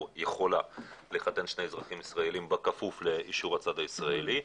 יכולה לחתן שני אזרחים ישראליים בכפוף לאישור הצד הישראלי.